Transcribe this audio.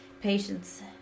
patience